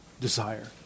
desire